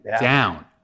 down